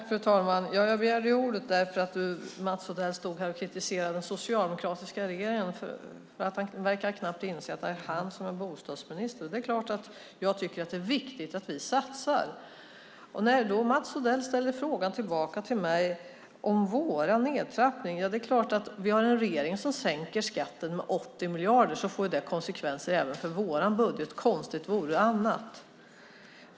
Fru talman! Jag begärde ordet därför att Mats Odell stod här och kritiserade den socialdemokratiska regeringen. Han verkar knappt inse att det är han som är bostadsminister. Det är klart att jag tycker att det är viktigt att vi satsar. Mats Odell frågar mig om vår nedtrappning. Det är klart att om vi har en regering som sänker skatten med 80 miljarder får det konsekvenser också för vår budget. Konstigt vore annat.